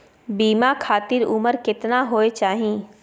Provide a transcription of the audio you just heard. बीमा खातिर उमर केतना होय चाही?